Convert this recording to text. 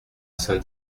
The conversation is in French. saint